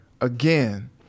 again